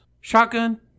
shotgun